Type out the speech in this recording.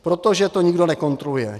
Protože to nikdo nekontroluje.